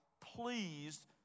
pleased